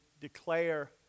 declare